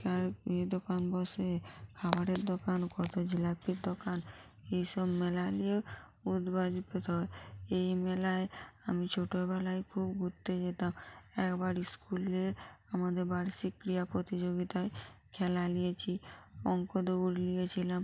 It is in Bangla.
কারো ইয়ে দোকান বসে খাবারের দোকান কতো জিলিপির দোকান এই সব মেলা নিয়ে এই মেলায় আমি ছোটোবেলায় খুব ঘুরতে যেতাম একবার স্কুলে আমাদের বার্ষিক ক্রিয়া প্রতিযোগিতায় খেলা নিয়েছি অংক দৌড় নিয়েছিলাম